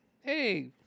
hey